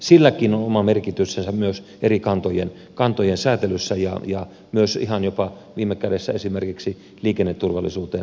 silläkin on oma merkityksensä myös eri kantojen säätelyssä ja viime kädessä esimerkiksi jopa liikenneturvallisuuteen liittyen